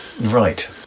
right